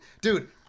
dude